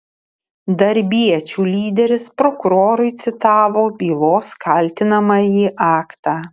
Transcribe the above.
darbiečių lyderis prokurorui citavo bylos kaltinamąjį aktą